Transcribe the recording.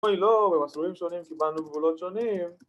אוי ‫לא, במסלולים שונים ‫קיבלנו גבולות שונים.